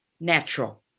natural